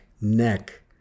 neck